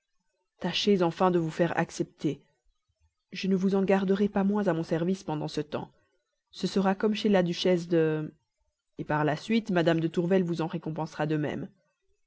tâchez enfin de vous faire accepter je ne vous en garderai pas moins à mon service pendant ce temps ce sera comme chez la duchesse de par la suite mme de tourvel vous en récompensera de